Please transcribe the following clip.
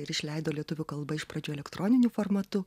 ir išleido lietuvių kalba iš pradžių elektroniniu formatu